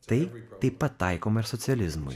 tai taip pat taikoma ir socializmui